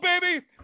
baby